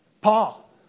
Paul